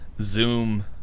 Zoom